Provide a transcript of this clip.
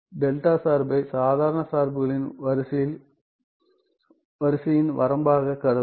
δ சார்பை சாதாரண சார்புகளின் வரிசையின் வரம்பாகக் கருதலாம்